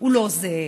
הוא לא זהה.